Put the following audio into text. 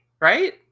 right